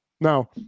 now